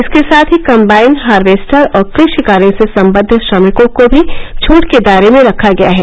इसके साथ ही कंबाइन हार्वेस्टर और कृषि कार्यो से संबद्ध श्रमिकों को भी छूट के दायरे में रखा गया है